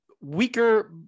weaker